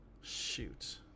shoot